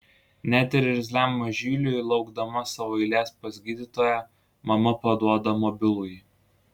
net ir irzliam mažyliui laukdama savo eilės pas gydytoją mama paduoda mobilųjį